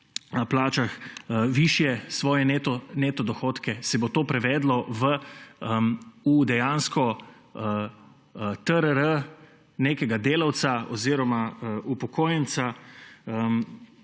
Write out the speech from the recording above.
plačah višje svoje neto dohodke? Se bo to prevedlo dejansko v TRR nekega delavca oziroma upokojenca?